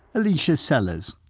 whitealetea sellers.